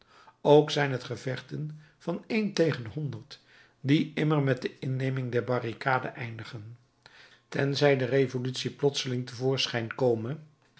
ook zijn t gevechten van één tegen honderd die immer met de inneming der barricade eindigen tenzij de revolutie plotseling te voorschijn kome